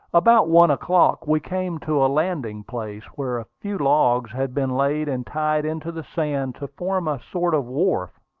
about one o'clock we came to a landing-place, where a few logs had been laid and tied into the sand to form a sort of wharf.